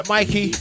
Mikey